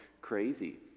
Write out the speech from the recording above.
crazy